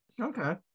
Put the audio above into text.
okay